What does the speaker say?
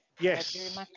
Yes